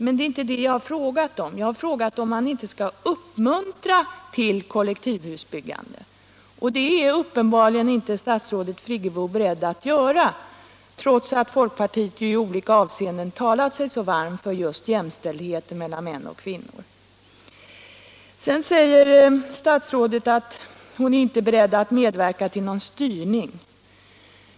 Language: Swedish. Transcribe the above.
Men det är inte det jag har frågat om — jag har frågat om man inte skall uppmuntra till kollektivhusbyggande. Det är uppenbarligen inte statsrådet Friggebo beredd att göra, trots att folkpartiet i olika avseenden talat sig så varmt för just jämställdheten mellan män och kvinnor. Sedan säger statsrådet att hon inte är beredd att medverka till någon styrning.